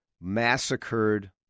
massacred